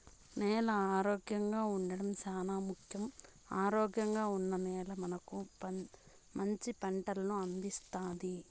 నేల ఆరోగ్యంగా ఉండడం చానా ముఖ్యం, ఆరోగ్యంగా ఉన్న నేల మనకు మంచి పంటలను అందిస్తాది